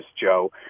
Joe